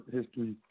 history